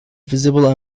visible